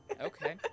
Okay